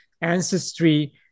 ancestry